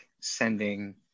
sending